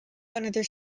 another